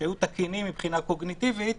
כשהיו תקינים מבחינה קוגניטיבית